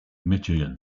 michigan